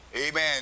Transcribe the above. Amen